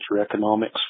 economics